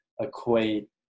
equate